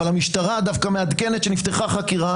אבל המשטרה דווקא מעדכנת שנפתחה חקירה